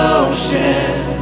ocean